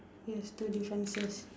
yes two differences